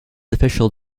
official